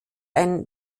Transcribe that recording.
eine